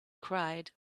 cried